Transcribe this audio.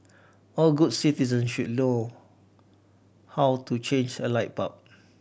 all good citizen should how to change a light bulb